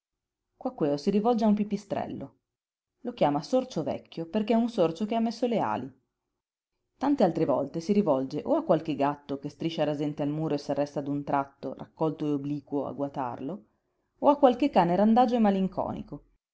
vecchio quaquèo si rivolge a un pipistrello lo chiama sorcio vecchio perché è un sorcio che ha messo le ali tante altre volte si rivolge o a qualche gatto che striscia rasente al muro e s'arresta d'un tratto raccolto e obliquo a guatarlo o a qualche cane randagio e malinconico